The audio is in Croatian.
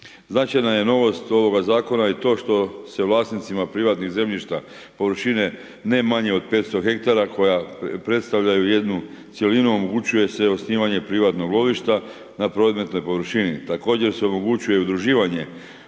Značajna je novost ovoga zakon i to što se vlasnicima privatnih zemljišta površine ne manje od 500 ha koja predstavljaju jednu cjelinu, omogućuje se osnivanje privatnih lovišta na predmetnoj površini. Također se omogućuje udruživanje